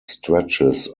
stretches